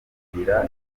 bigira